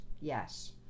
Yes